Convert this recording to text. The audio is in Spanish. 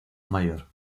mayor